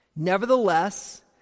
Nevertheless